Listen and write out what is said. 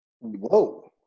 whoa